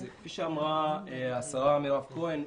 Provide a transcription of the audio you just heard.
כפי שאמרה השרה מירב כהן,